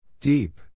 Deep